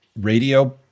Radio